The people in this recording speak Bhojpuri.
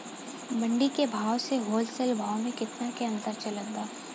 मंडी के भाव से होलसेल भाव मे केतना के अंतर चलत बा?